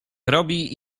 robi